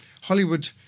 Hollywood